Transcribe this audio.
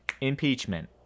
Impeachment